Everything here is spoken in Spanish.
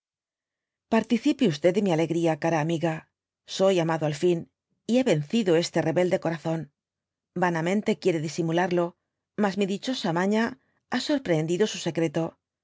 piaticifb de mi alegría cara amiga soy amado al fin y h yencido este rebelde oorazon tanamente cpiiere disúnularloy mas mi didiosa maüa ha sorprehendido su secreto